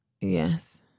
yes